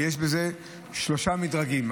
ויש בזה שלושה מדרגים.